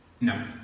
No